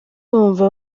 bumva